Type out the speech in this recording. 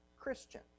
Christian